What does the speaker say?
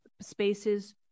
spaces